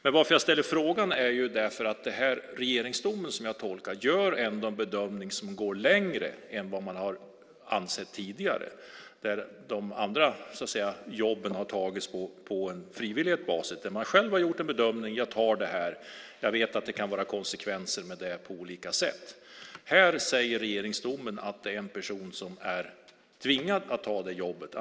Men jag ställde frågan därför att man med Regeringsrättens dom, så som jag tolkar det, gör en bedömning som går längre än vad som har varit fallet tidigare. De andra jobben har tagits på frivillig basis. Man har själv gjort en bedömning. Man har tänkt: Jag tar det här. Jag vet att det kan medföra konsekvenser på olika sätt. Med regeringsrättsdomen säger man att det är en person som är tvingad att ta det här jobbet.